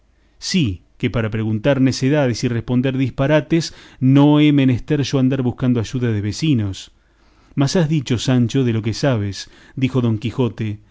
sí que para preguntar necedades y responder disparates no he menester yo andar buscando ayuda de vecinos más has dicho sancho de lo que sabes dijo don quijote